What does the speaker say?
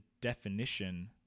definition